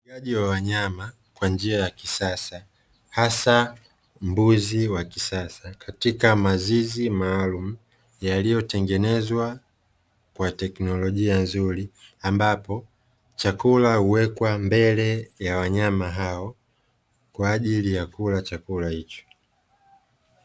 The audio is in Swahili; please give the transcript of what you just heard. Ufugaji wa wanyama kwa njia ya kisasa hasa mbuzi wa kisasa katika mazizi maalumu yaliyotengenezwa kwa teknolojia nzuri, ambapo chakula huwekwa mbele ya wanyama hao kwa ajili ya kula chakula hicho.